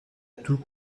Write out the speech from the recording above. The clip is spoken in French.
tout